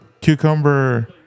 cucumber